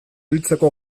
hiltzeko